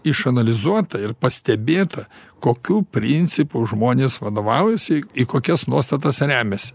išanalizuota ir pastebėta kokiu principu žmonės vadovaujasi į kokias nuostatas remiasi